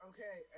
Okay